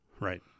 Right